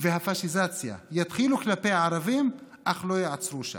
והפשיזציה יתחילו כלפי הערבים אך לא ייעצרו שם.